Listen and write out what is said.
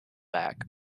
back